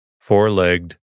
four-legged